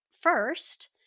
first